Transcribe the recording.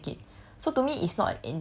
and I think and I know he can take it